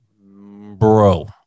Bro